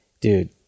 dude